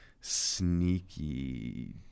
sneaky